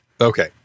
okay